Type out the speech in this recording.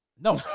No